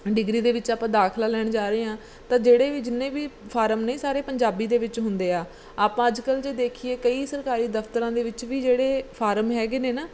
degree ਦੇ ਵਿੱਚ ਆਪਾਂ ਦਾਖਲਾ ਲੈਣ ਜਾ ਰਹੇ ਹਾਂ ਤਾਂ ਜਿਹੜੇ ਵੀ ਜਿੰਨੇ ਵੀ ਫਾਰਮ ਨੇ ਸਾਰੇ ਪੰਜਾਬੀ ਦੇ ਵਿੱਚ ਹੁੰਦੇ ਆ ਆਪਾਂ ਅੱਜ ਕੱਲ੍ਹ ਜੇ ਦੇਖੀਏ ਕਈ ਸਰਕਾਰੀ ਦਫ਼ਤਰਾਂ ਦੇ ਵਿੱਚ ਫਾਰਮ ਹੈਗੇ ਨੇ ਨਾ